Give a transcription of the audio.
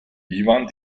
iwan